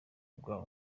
bwawe